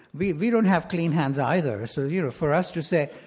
we we don't have clean hands either, so you know, for us to say,